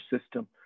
system